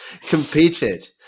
competed